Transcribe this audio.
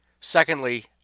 Secondly